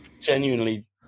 Genuinely